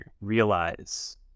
realize